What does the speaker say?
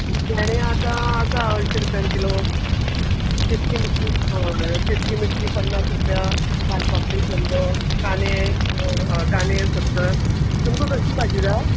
भेंडे आतां आसा अंयशीं रुपयान किलो चिटकी मिटकी अय चिटकी मिटकी पन्नास रुपया वाल पापडी शंबर कांदे कांदे सत्तर तुमकां खंयची भाजी जाय